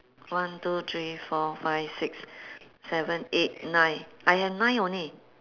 one two three four five six seven eight nine I have nine only